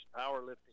powerlifting